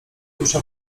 dusza